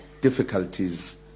difficulties